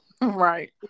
Right